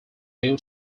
due